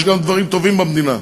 יש גם דברים טובים במדינה.